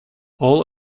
all